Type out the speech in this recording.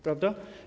Prawda?